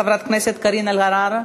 חברת הכנסת קארין אלהרר.